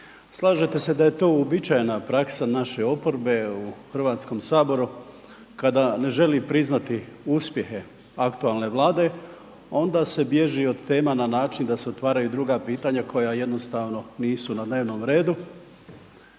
Slažete se da je to uobičajena praksa naše oporbe u Hrvatskom saboru kada ne želi priznati uspjehe aktualne Vlade, onda se bježi od tema na način da se otvaraju druga pitanja koja jednostavno nisu na dnevnom redu,